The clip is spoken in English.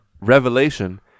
revelation